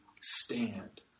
stand